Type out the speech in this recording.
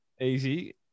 Easy